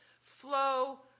flow